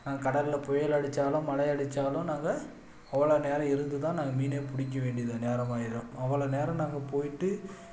நாங்கள் கடலில் புயல் அடிச்சாலும் மழை அடிச்சாலும் நாங்கள் அவ்வளோ நேரம் இந்து தான் நாங்கள் மீனே பிடிக்க வேண்டிய நேரம் ஆயிடும் அவ்வளோ நாங்கள் போயிவிட்டு